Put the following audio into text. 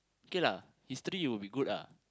K lah history would be good ah